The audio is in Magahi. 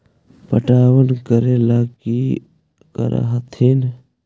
पटबन करे ला की कर हखिन?